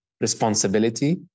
responsibility